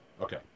Okay